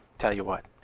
tell you what,